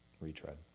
retread